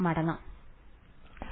വിദ്യാർത്ഥി